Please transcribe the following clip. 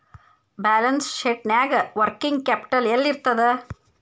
Balance ಶೇಟ್ನ್ಯಾಗ working capital ಯೆಲ್ಲಿರ್ತದ?